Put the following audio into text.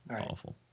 Awful